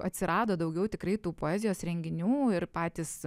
atsirado daugiau tikrai tų poezijos renginių ir patys